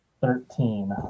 Thirteen